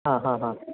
ആ ആ ആ